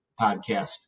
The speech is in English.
podcast